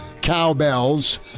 cowbells